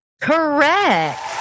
Correct